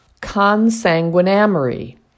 consanguinamory